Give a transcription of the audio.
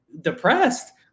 depressed